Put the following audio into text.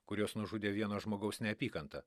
kuriuos nužudė vieno žmogaus neapykanta